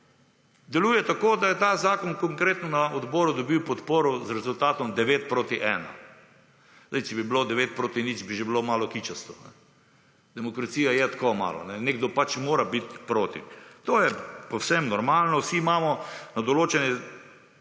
Deluje tako, da je ta zakon Konkretno na odboru dobil podporo z rezultatom 9 proti 1. Zdaj, če bi bilo 9 proti 0, bi bilo že malo kičasto. Demokracija je tako malo, nekdo pač mora biti proti. To je povsem normalno. Vsi imamo na določene